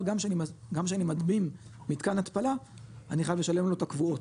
אבל גם שאני גם שאני -- מתקן התפלה אני חייב לשלם לו את הקבועות,